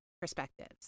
perspectives